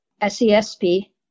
SESP